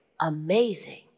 amazing